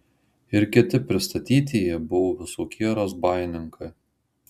ir kiti pristatytieji buvo visokie razbaininkai